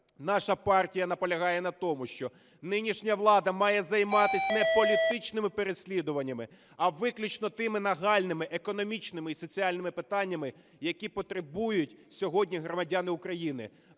Наша партія наполягає на тому, що нинішня влада має займатись не політичними переслідуваннями, а виключно тими нагальними економічними і соціальними питаннями, яких потребують сьогодні громадяни України.